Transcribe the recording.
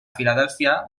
filadèlfia